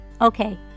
Okay